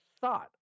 thought